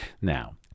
now